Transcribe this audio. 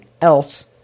else